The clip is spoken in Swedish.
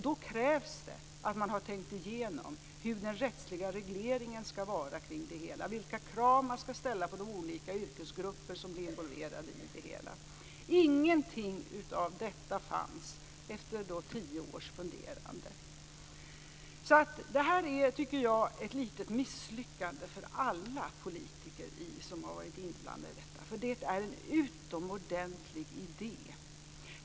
Då krävs det att man har tänkt igenom den rättsliga regleringen, vilka krav som skall ställas på de olika yrkesgrupper som blir involverade. Ingenting av detta fanns med efter tio års funderande. Jag tycker att det här är ett litet misslyckande för alla de politiker som har varit inblandade. Det är nämligen en utomordentlig idé.